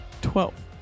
Twelve